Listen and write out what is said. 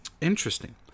Interesting